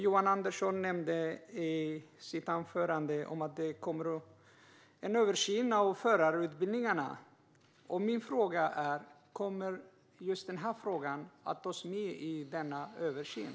Johan Andersson nämnde i sitt anförande att det kommer en översyn av förarutbildningarna. Min fråga är: Kommer just denna fråga att tas med i denna översyn?